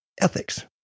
ethics